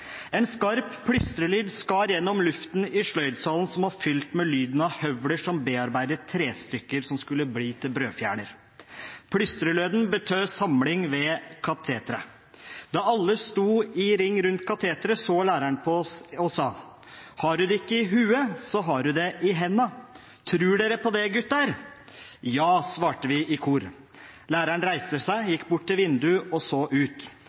var fylt med lyden av høvler som bearbeidet trestykker som skulle bli til brødfjeler. Plystrelyden betød samling ved kateteret. Da alle stod i ring rundt kateteret, så læreren på oss og sa: «Har’u det ikke i hue – så har’u det i henda! – trur’ere på det, guttær?» «Jaaaa!» svarte vi i kor. Læreren reiste seg, gikk bort til vinduet og så ut.